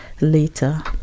later